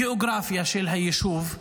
הגיאוגרפיה של היישוב,